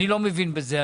אני לא מבין בזה,